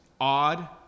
odd